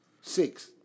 Six